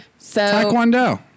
Taekwondo